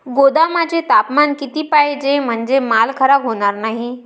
गोदामाचे तापमान किती पाहिजे? म्हणजे माल खराब होणार नाही?